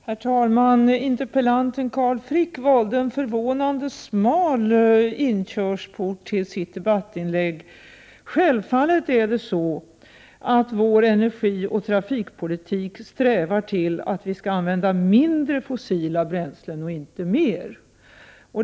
Herr talman! Interpellanten Carl Frick valde en förvånande smal inkörsport till sitt debattinlägg. Självfallet strävar vår energioch trafikpolitik mot att vi skall använda mindre fossila bränslen och inte mer.